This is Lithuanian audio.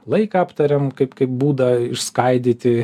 laiką aptariam kaip kaip būdą išskaidyti